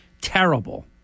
terrible